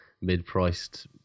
mid-priced